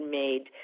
made